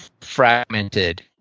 fragmented